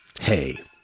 Hey